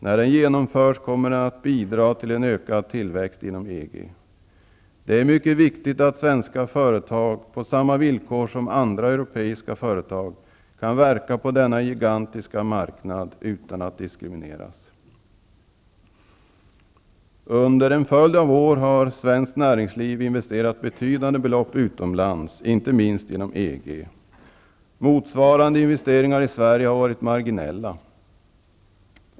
När den genomförs kommer den att bidra till en ökad tillväxt inom EG. Det är mycket viktigt att svenska företag på samma villkor som andra europeiska företag kan verka på denna gigantiska marknad utan att diskrimineras. Under en följd av år har svenskt näringsliv investerat betydande belopp utomlands, inte minst inom EG. Motsvarande investeringar i Sverige har varit marginella.